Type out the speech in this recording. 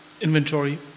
inventory